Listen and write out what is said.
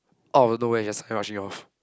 oh no way just kind of rushing off